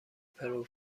پرو